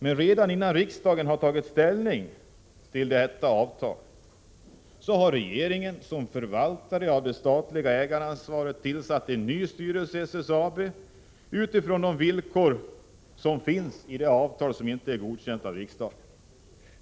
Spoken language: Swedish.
Men redan innan riksdagen har tagit ställning till detta avtal har regeringen som förvaltare av det statliga ägaransvaret tillsatt en ny styrelse i SSAB, utifrån de villkor som finns i detta av riksdagen inte godkända avtal.